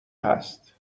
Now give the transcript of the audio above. هست